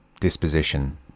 disposition